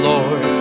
Lord